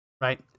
right